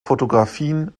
fotografien